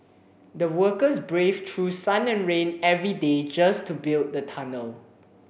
the workers braved through sun and rain every day just to build the tunnel